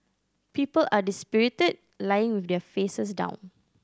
people are dispirited lying with their faces down